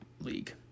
League